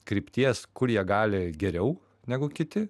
krypties kur jie gali geriau negu kiti